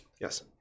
Yes